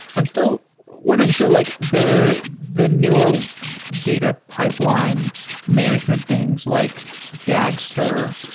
i'm still wondering. so, like the the newer data pipeline management things like dagster.